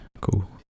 cool